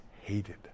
hated